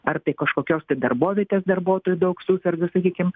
ar tai kažkokios tai darbovietės darbuotojų daug suserga sakykim